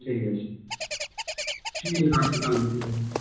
ঠিক আছে ঠিক আছে রাখছি কালকে